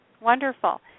Wonderful